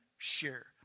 share